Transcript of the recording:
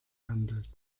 handelt